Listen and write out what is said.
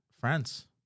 France